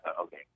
okay